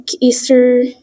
easter